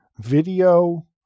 video